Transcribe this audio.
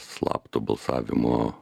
slapto balsavimo